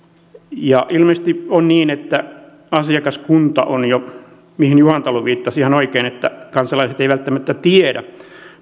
ilmeisesti on niin että asiakaskunta on jo tietoista juhantalo viittasi ihan oikein siihen että kansalaiset eivät välttämättä tiedä